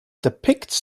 depicts